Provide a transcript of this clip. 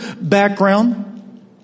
background